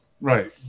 right